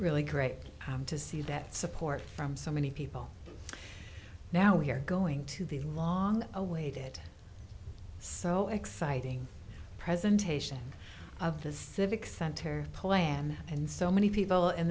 really great to see that support from so many people now we're going to the long awaited so exciting presentation of the civic center plan and so many people in